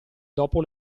dopo